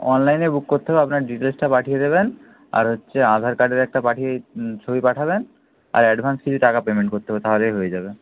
অনলাইনে বুক করতে হবে আপনার ডিটেলসটা পাঠিয়ে দেবেন আর হচ্ছে আধার কার্ডের একটা পাঠিয়ে ছবি পাঠাবেন আর অ্যাডভান্স কিছু টাকা পেমেন্ট করতে হবে তাহলেই হয়ে যাবে